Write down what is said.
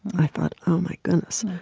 i thought, oh, my goodness.